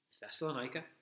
Thessalonica